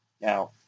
now